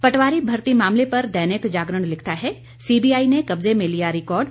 पटवारी भर्ती मामले पर दैनिक जागरण लिखता है सीबीआई ने कब्जे में लिया रिकॉर्ड